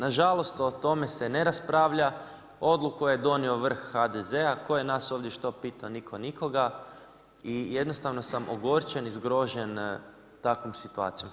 Nažalost, o tome se ne raspravlja, odluku je donio vrh HDZ-a, tko je nas ovdje što pitao, nitko nikoga, i jednostavno sam ogorčen i zgrožen takvom situacijom.